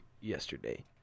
yesterday